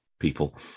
people